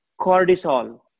cortisol